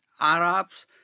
Arabs